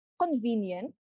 convenient